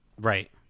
Right